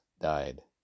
died